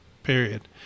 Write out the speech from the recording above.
period